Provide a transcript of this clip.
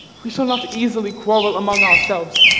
we shall not easily quarrel among ourselves,